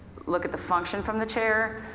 look at the function from the chair,